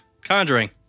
Conjuring